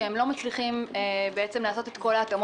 שהם לא מצליחים לעשות את כל ההתאמות